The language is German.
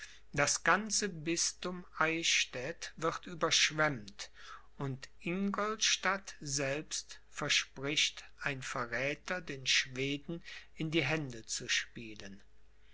das ganze bisthum eichstädt wird überschwemmt und ingolstadt selbst verspricht ein verräther den schweden in die hände zu spielen